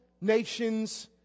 nations